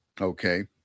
Okay